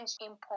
import